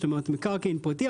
זאת אומרת, מקרקעין פרטי.